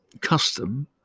custom